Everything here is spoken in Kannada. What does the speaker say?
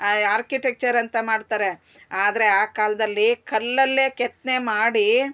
ಆರ್ಕಿಟೆಕ್ಚರ್ ಅಂತ ಮಾಡ್ತಾರೆ ಆದರೆ ಆ ಕಾಲದಲ್ಲಿ ಕಲ್ಲಲ್ಲೇ ಕೆತ್ತನೆ ಮಾಡಿ